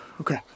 Okay